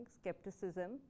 Skepticism